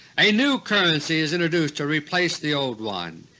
a new currency is introduced to replace the old one.